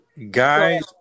Guys